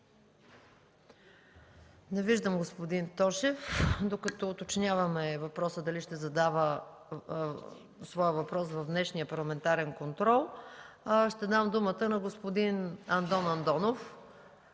Не виждам господин Тошев. Докато уточняваме дали ще задава своя въпрос в днешния парламентарен контрол, ще дам думата на господин Андон Андонов,